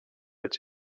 its